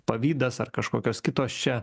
pavydas ar kažkokios kitos čia